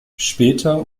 später